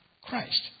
Christ